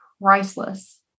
priceless